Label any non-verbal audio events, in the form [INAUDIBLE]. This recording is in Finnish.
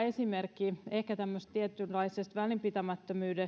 [UNINTELLIGIBLE] esimerkki kuvasi hyvin ehkä tämmöistä tietynlaista välinpitämättömyyttä [UNINTELLIGIBLE]